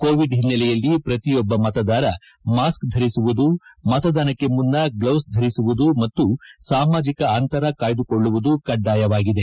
Covid ಹಿನ್ನೆಲೆಯಲ್ಲಿ ಪ್ರತಿಯೊಬ್ಬ ಮತದಾರ ಮಾಸ್ಕ್ ಧರಿಸುವುದು ಮತದಾನಕ್ಕೆ ಮುನ್ನ ಗ್ಲೌಸ್ ಧರಿಸುವುದು ಮತ್ತು ಸಾಮಾಜಿಕ ಅಂತರ ಕಾಯ್ದುಕೊಳ್ಳುವುದು ಕಡ್ಡಾಯವಾಗಿದೆ